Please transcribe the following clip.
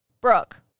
Brooke